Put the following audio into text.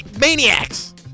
maniacs